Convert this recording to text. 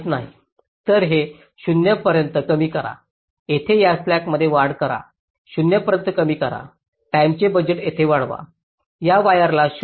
तर हे 0 पर्यंत कमी करा येथे या स्लॅकमध्ये वाढ करा 0 पर्यंत कमी करा टाईमचे बजेट येथे वाढवा या वायरला 0